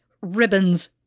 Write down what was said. ribbons